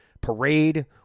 parade